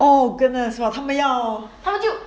oh goodness !wow! 他们要